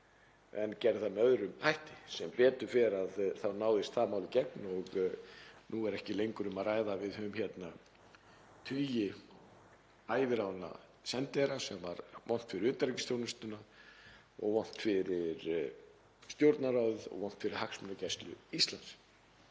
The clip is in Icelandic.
en gerði það með öðrum hætti. Sem betur fer náðist það mál í gegn og nú er ekki lengur um það að ræða að við höfum tugi æviráðinna sendiherra sem var vont fyrir utanríkisþjónustuna og vont fyrir Stjórnarráðið og vont fyrir hagsmunagæslu Íslands.